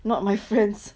not my friends